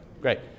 great